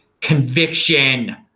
Conviction